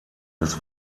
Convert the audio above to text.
des